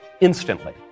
instantly